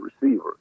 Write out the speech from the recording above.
receiver